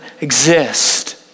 exist